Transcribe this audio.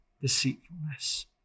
deceitfulness